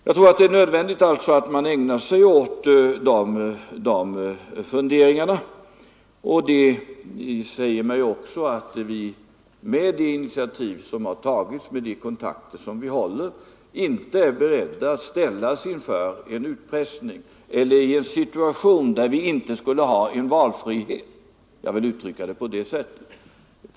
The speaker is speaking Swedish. Jag tror att det är nödvändigt att ägna sig åt dessa funderingar. Med de initiativ vi har tagit och med de kontakter vi håller är vi inte beredda att ställas inför en utpressning eller — jag ville hellre uttrycka mig så - i en situation där vi inte skulle få en valfrihet.